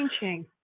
changing